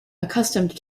accustomed